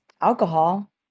alcohol